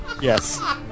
Yes